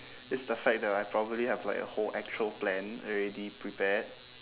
is the fact that I probably have like a whole actual plan already prepared